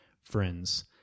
friends